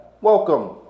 welcome